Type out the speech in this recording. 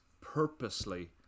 purposely